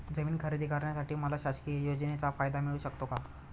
जमीन खरेदी करण्यासाठी मला शासकीय योजनेचा फायदा मिळू शकतो का?